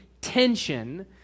tension